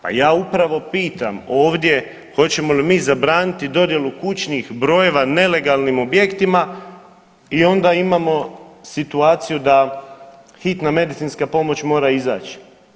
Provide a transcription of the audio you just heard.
Pa ja upravo pitam ovdje hoćemo li mi zabraniti dodjelu kućnih brojeva nelegalnim objektima i onda imamo situaciju da hitna medicinska pomoć mora izaći.